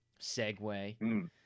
segue